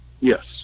Yes